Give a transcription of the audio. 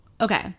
okay